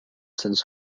since